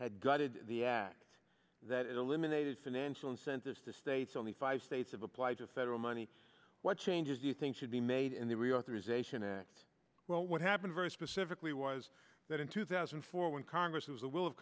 had gutted the act that eliminated financial incentives to states only five states of apply to federal money what changes do you think should be made in the reauthorization act well what happened very specifically was in two thousand and four when congress was the will of